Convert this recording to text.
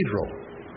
Cathedral